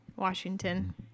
Washington